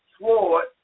sword